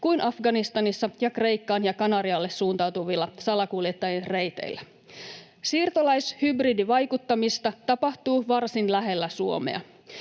kuin Afganistanissa ja Kreikkaan ja Kanarialle suuntautuvilla salakuljettajien reiteillä. Siirtolaishybridivaikuttamista tapahtuu varsin lähellä Suomea.